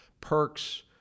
Perks